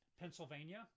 pennsylvania